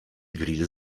grill